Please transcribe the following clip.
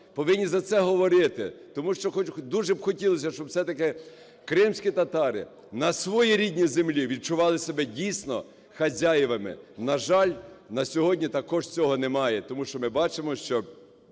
повинні за це говорити. Тому що дуже хотілося б, щоб, все-таки, кримські татари на своїй рідній землі відчували себе дійсно хазяїнами. На жаль, на сьогодні також цього немає, тому що ми бачимо, що